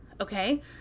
okay